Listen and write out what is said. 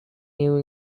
new